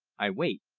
i wait,